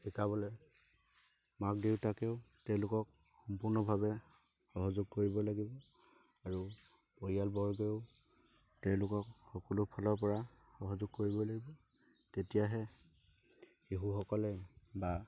শিকাবলৈ মাক দেউতাকেও তেওঁলোকক সম্পূৰ্ণভাৱে সহযোগ কৰিব লাগিব আৰু পৰিয়ালবৰ্গও তেওঁলোকক সকলো ফালৰ পৰা সহযোগ কৰিব লাগিব তেতিয়াহে শিশুসকলে বা